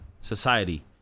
society